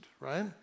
right